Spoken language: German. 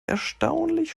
erstaunlich